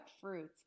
fruits